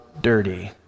dirty